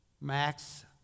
Max